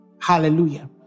Hallelujah